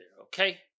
Okay